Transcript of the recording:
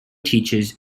teaches